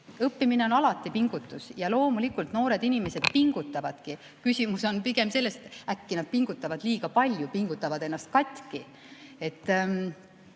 Õppimine on alati pingutus ja loomulikult noored inimesed pingutavadki. Küsimus on pigem selles, et äkki nad pingutavad liiga palju, pingutavad ennast katki.